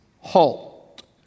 halt